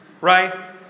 right